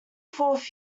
fourth